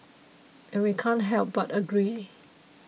and we can't help but agree